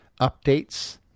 updates